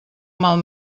mal